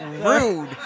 Rude